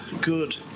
good